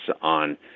on